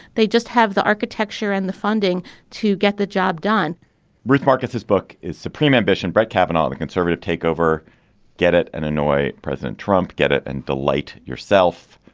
they just have the architecture and the funding to get the job done ruth marcus, this book is supreme ambition. brett cabinet, the conservative takeover get it an annoyed president. trump get it and delight yourself.